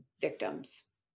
victims